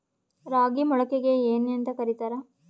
ರಾಗಿ ಮೊಳಕೆಗೆ ಏನ್ಯಾಂತ ಕರಿತಾರ?